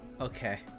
Okay